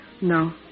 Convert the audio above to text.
No